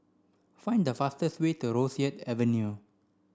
find the fastest way to Rosyth Avenue